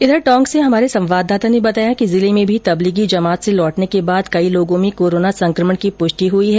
इधर टोंक से हमारे संवाददाता ने बताया कि जिले में भी तबलीगी जमात से लौटने के बाद कई लोगों में कोरोना संकमण की पुष्टि हुई है